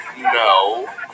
No